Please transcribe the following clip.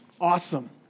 Awesome